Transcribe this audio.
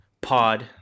pod